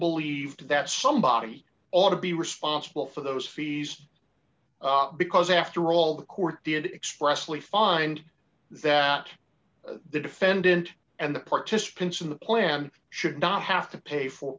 believed that somebody ought to be responsible for those fees because after all the court did expressly find that the defendant and the participants in the plan should not have to pay for